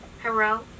Hello